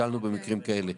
נתקלנו במקרים כאלה,